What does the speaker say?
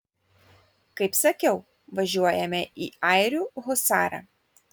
kaip sakiau važiuojame į airių husarą